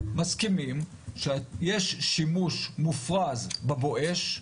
מסכימים שיש שימוש מופרז ב"בואש",